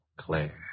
Claire